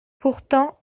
pourtant